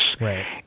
Right